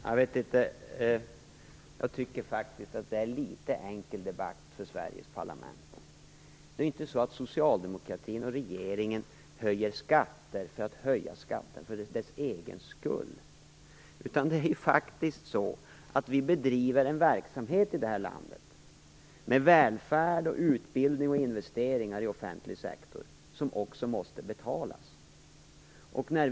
Fru talman! Jag tycker att det här är en litet väl enkel debatt för Sveriges parlament. Socialdemokratin och regeringen höjer ju inte skatterna för dess egen skull. Vi bedriver ju här i landet en verksamhet med välfärd, utbildning och investeringar i offentlig sektor som också måste betalas.